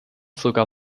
sogar